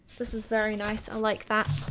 this is very nice. i like that.